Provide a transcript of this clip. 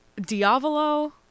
Diavolo